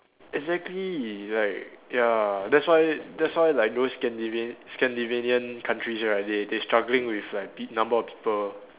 exactly like ya that's why that's why like those scandivian~ Scandinavian countries right they they struggling with like big number of people